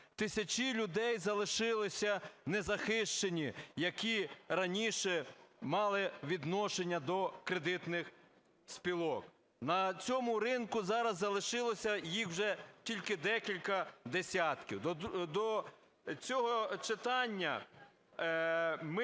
Тисячі людей залишилися незахищені, які раніше мали відношення до кредитних спілок. На цьому ринку зараз залишилося їх вже тільки декілька десятків.